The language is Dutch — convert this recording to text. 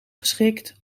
geschikt